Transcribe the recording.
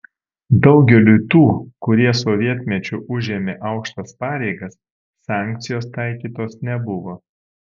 daugeliui tų kurie sovietmečiu užėmė aukštas pareigas sankcijos taikytos nebuvo